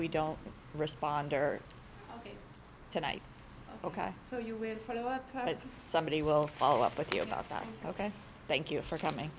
we don't responder tonight ok so you with somebody will follow up with you about that ok thank you for coming